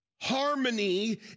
harmony